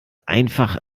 einfach